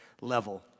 level